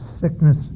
sickness